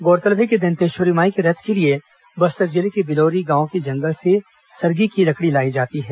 गौरतलब है कि दंतेश्वरी माई के रथ के लिए बस्तर जिले के बिलोरी गांव के जंगल से सरगी की लकड़ी लाई जाती है